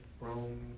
Rome